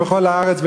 בכל הארץ,